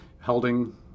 holding